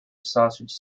sausage